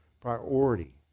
priority